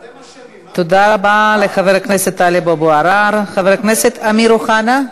טלב, אבל אתם אשמים, מה פתאום אתם מביאים ילדים?